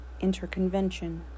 Interconvention